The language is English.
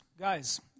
Guys